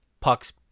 pucks